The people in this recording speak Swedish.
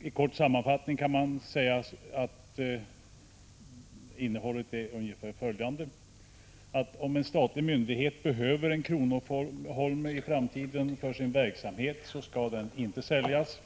I kort sammanfattning kan man säga att innehållet i propositionen är ungefär följande: Om en statlig myndighet i framtiden behöver en kronoholme för sin verksamhet, skall kronoholmen inte säljas.